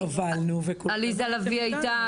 עליזה לביא הייתה,